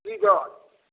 की दर